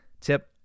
Tip